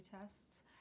tests